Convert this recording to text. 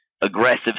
aggressive